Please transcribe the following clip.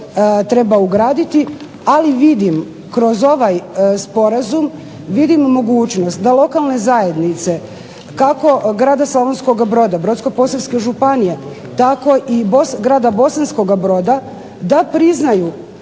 treba ugraditi, ali vidim kroz ovaj sporazum, vidim mogućnost da lokalne zajednice, kako grada Slavonskoga Broda, Brodsko-posavske županije, tako i grada Bosanskoga Broda, da priznaju